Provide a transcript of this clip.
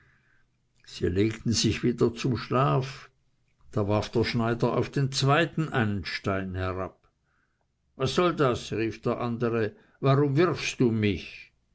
sie legten sich wieder zum schlaf da warf der schneider auf den zweiten einen stein herab was soll das rief der andere warum wirfst du mich